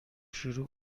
شروع